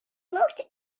looked